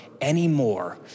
anymore